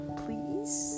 please